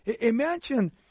Imagine